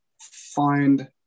find